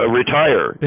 retire